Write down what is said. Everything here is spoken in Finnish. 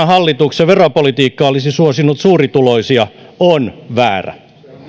hallituksen veropolitiikka olisi suosinut suurituloisia on väärä